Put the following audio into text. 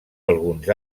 alguns